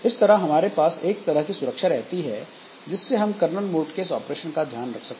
इस तरह हमारे पास एक तरह की सुरक्षा रहती है जिससे हम कर्नल मोड के इस ऑपरेशन का ध्यान रख सकें